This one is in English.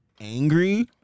angry